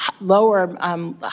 lower